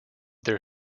their